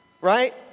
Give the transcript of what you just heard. Right